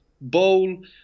bowl